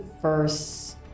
first